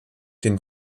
den